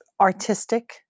artistic